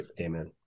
Amen